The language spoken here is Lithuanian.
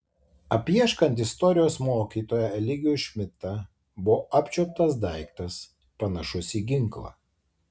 apieškant istorijos mokytoją eligijų šmidtą buvo apčiuoptas daiktas panašus į ginklą